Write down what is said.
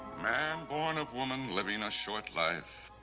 man born of woman, living a short life,